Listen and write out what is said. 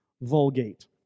Vulgate